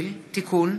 (תיקון,